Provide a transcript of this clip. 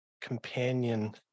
companion